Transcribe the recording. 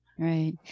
Right